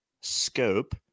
scope